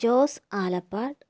Jose Alappad